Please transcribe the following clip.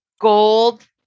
gold